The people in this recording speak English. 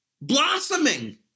blossoming